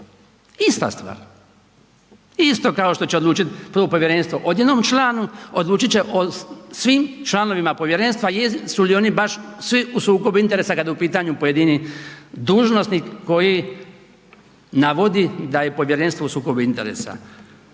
Ista stvar. Isto kao št će odlučiti to povjerenstvo o jednom članu, odlučiti će o svim članovima povjerenstva jesu li oni baš svi u sukobu interesa kad je u pitanju pojedini dužnosnik koji navodi da je povjerenstvo u sukobu interesa.